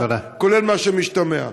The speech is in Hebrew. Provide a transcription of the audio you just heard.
כולל מה שמשתמע.